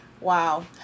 wow